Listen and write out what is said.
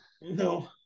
No